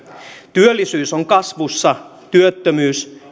työllisyys on kasvussa ja työttömyys